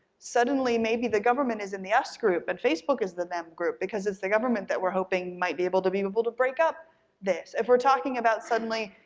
suddenly maybe the government is in the us group and facebook is the them group because it's the government that we're hoping might be able to be able to break up this. if we're talking about suddenly,